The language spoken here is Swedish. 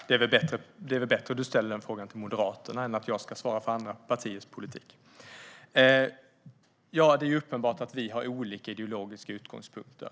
Fru ålderspresident! Det är väl bättre att du ställer den frågan till Moderaterna än att jag ska svara för andra partiers politik. Det är uppenbart att vi har olika ideologiska utgångspunkter.